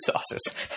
sauces